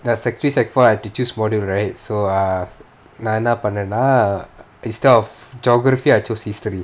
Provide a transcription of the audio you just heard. ya secondary three secondary four I've to choose module right so err நான் என்ன பண்ணேனா:naan enna pannenaa instead of geography I chose history